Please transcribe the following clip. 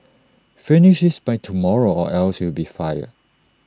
finish this by tomorrow or else you'll be fired